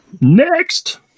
Next